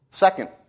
Second